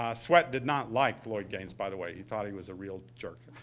ah sweatt did not like lloyd gaines, by the way. he thought he was a real jerk.